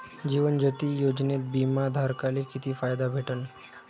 जीवन ज्योती योजनेत बिमा धारकाले किती फायदा भेटन?